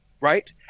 Right